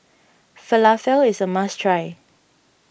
Falafel is a must try